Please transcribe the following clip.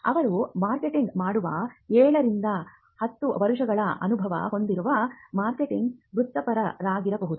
ಅವರು ಮಾರ್ಕೆಟಿಂಗ್ ಮಾಡುವ ಏಳು ರಿಂದ ಹತ್ತು ವರ್ಷಗಳ ಅನುಭವ ಹೊಂದಿರುವ ಮಾರ್ಕೆಟಿಂಗ್ ವೃತ್ತಿಪರರಾಗಬಹುದು